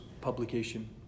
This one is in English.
publication